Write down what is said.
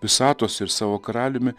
visatos ir savo karaliumi